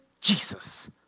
Jesus